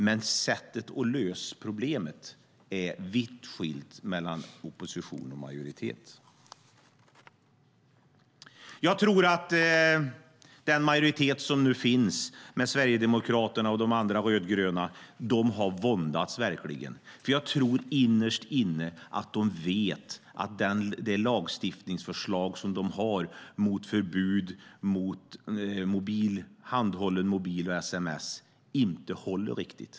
Men sätten att lösa problemet är vitt skilda mellan oppositionen och Alliansen. Jag tror att den majoritet som nu finns med Sverigedemokraterna och de andra rödgröna verkligen har våndats. Jag tror innerst inne att de vet att det lagstiftningsförslag som de har om förbud mot handhållen mobil och sms inte riktigt håller.